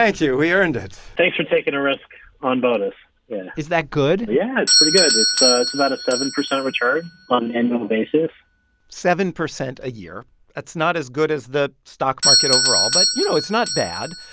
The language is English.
thank you. we earned it thanks for taking a risk on botus is that good? yeah, it's pretty good. it's ah it's about a seven percent return on an annual basis seven percent a year that's not as good as the stock market overall, but, you know, it's not bad.